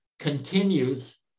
continues